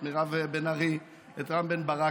את מירב בן ארי ואת רם בן ברק,